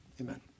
Amen